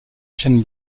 chêne